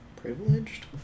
Privileged